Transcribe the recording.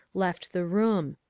left the room.